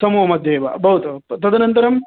समूहमध्ये एव भवतु तदनन्तरम्